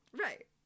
right